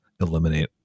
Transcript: eliminate